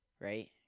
right